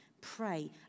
pray